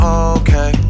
okay